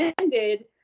ended